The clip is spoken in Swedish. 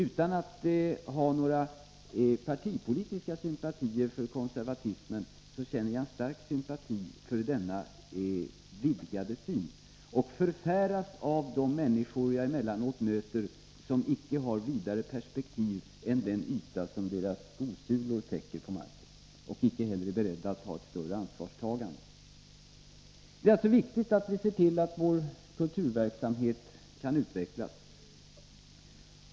Utan att ha några partipolitiska sympatier för konservatismen känner jag en stark sympati för denna vidgade syn. Jag förfäras av de människor, som jag emellanåt möter, som icke har vidare perspektiv än den yta som deras skosulor täcker på marken och icke heller är beredda för ett större ansvarstagande. Det är alltså viktigt att se till att vår kulturverksamhet kan utvecklas.